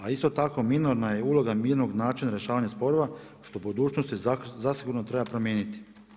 A isto tako minorna je uloga mirnog načina rješavanja sporova što u budućnosti zasigurno treba promijeniti.